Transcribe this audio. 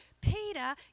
Peter